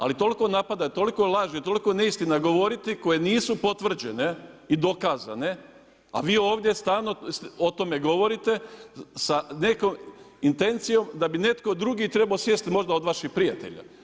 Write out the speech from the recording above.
Ali toliko napada, toliko laži, toliko neistina govoriti koje nisu potvrđene i dokazane, a vi ovdje stalno o tome govorite sa nekom intencijom da bi netko drugi trebao sjesti možda od vaših prijatelja.